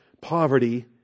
poverty